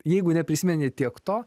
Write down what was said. jeigu neprisimeni tiek to